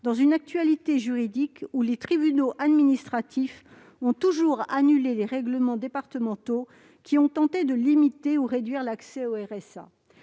d'ignorer l'actualité juridique : les tribunaux administratifs ont toujours annulé les règlements départementaux qui ont tenté de limiter ou de réduire l'accès au RSA.